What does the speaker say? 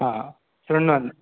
हा शृण्वन्